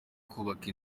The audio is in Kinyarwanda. ukubaka